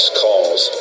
calls